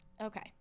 Okay